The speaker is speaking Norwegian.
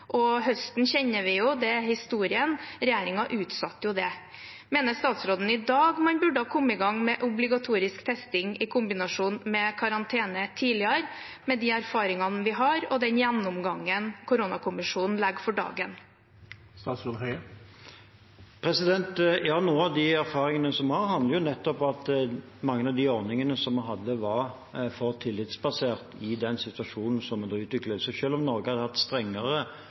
Høsten kjenner vi jo. Det er historien. Regjeringen utsatte jo det. Mener statsråden i dag at man burde ha kommet i gang med obligatorisk testing i kombinasjon med karantene tidligere, med de erfaringene vi har, og den gjennomgangen koronakommisjonen legger fram? Ja, noen av de erfaringene vi har, handler jo nettopp om at mange av de ordningene som vi hadde, var for tillitsbaserte i den situasjonen som hadde utviklet seg. Selv om Norge har hatt strengere